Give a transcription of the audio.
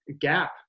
gap